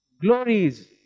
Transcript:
Glories